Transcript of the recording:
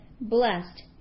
Blessed